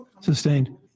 Sustained